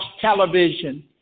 television